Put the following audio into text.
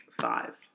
five